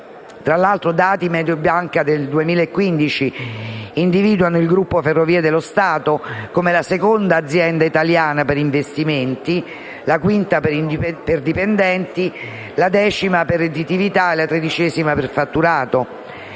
forniti da Mediobanca nel 2015 individuano il gruppo Ferrovie dello Stato come la seconda azienda italiana per investimenti, la quinta per dipendenti, la decima per redditività e la tredicesima per fatturato.